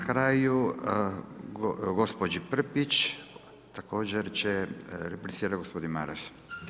I na kraju gospođi Prpić također će replicirati gospodin Maras.